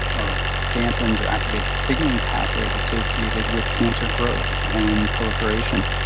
or dampens or activates signaling pathways associated with cancer growth and proliferation.